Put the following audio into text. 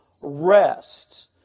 rest